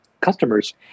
customers